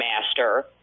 master